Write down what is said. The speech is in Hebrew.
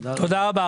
תודה רבה.